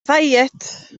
ddiet